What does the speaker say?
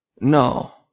No